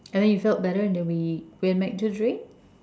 and then you felt better and then we went back into the train